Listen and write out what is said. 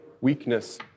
weakness